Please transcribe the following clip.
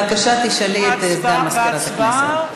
בבקשה, תשאלי את סגן מזכיר הכנסת.